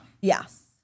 Yes